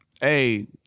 hey